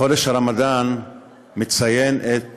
חודש הרמדאן מציין את